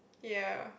ya